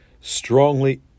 strongly